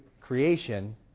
creation